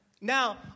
Now